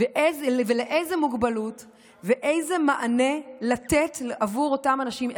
ולאיזה מוגבלות ואיזה מענה לתת לאותם אנשים,